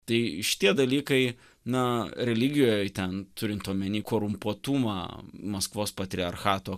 tai šitie dalykai na religijoj ten turint omeny korumpuotumą maskvos patriarchato